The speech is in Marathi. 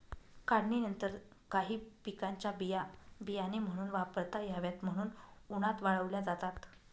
काढणीनंतर काही पिकांच्या बिया बियाणे म्हणून वापरता याव्यात म्हणून उन्हात वाळवल्या जातात